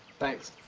thanks,